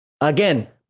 Again